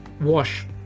wash